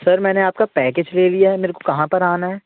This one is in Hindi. सर मैंने आपका पैकेज ले लिया है मेरे को कहाँ पर आना है